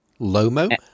Lomo